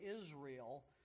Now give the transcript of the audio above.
Israel